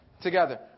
Together